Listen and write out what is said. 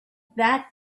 that